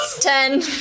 Ten